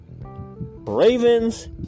Ravens